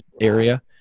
area